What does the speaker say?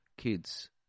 Kids